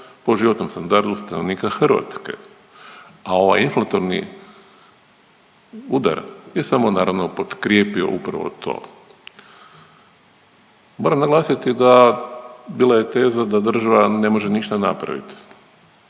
po životnom standardu stanovnika Hrvatske, a ovaj inflatorni udar je samo naravno potkrijepio samo upravo to. Moram naglasiti da bila je teza da država ne može ništa napraviti,